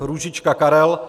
Růžička Karel